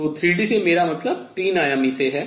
तो 3D से मेरा मतलब 3 आयामी से है